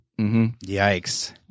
Yikes